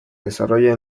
desarrolla